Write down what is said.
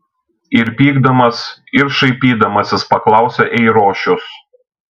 ir pykdamas ir šaipydamasis paklausė eirošius